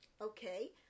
Okay